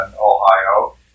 Ohio